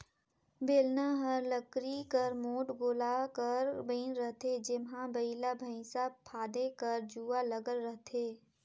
बेलना हर लकरी कर मोट गोला कर बइन रहथे जेम्हा बइला भइसा फादे कर जुवा लगल रहथे